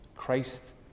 Christ